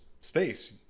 space